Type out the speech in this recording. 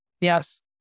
Yes